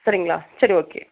சரிங்களா சரி ஓகே